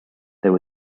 there